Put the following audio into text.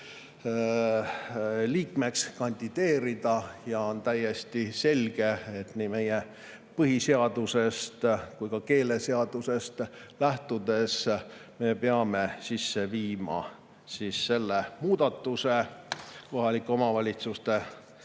liikmeks kandideerida. Ja on täiesti selge, et nii meie põhiseadusest kui ka keeleseadusest lähtudes me peame sisse viima selle muudatuse kohaliku omavalitsuse